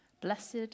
blessed